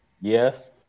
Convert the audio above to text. Yes